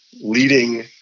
leading